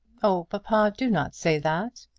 oh, papa, do not say that.